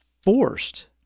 forced